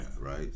right